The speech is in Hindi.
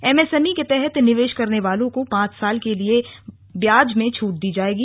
एमएसएमई के तहत निवेश करनेवालों को पांच साल के लिए ब्याज में छूट दी जाएगी